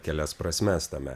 kelias prasmes tame